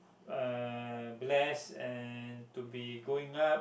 uh blessed and to be growing up